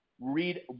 read –